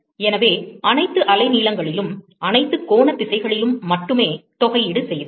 எனவே அனைத்து அலைநீளங்களிலும் அனைத்து கோணத் திசைகளிலும் மட்டுமே தொகையீடு செய்தோம்